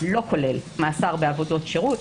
לא כולל מאסר בעבודות שירות.